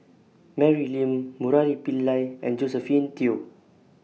Mary Lim Murali Pillai and Josephine Teo